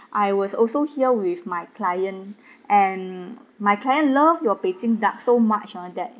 I was also here with my client and my client love your beijing duck so much ah that